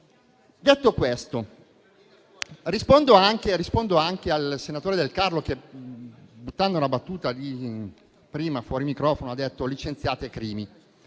Detto questo, rispondo anche al senatore De Carlo, che prima, con una battuta fuori microfono, ha detto «licenziate Crimi».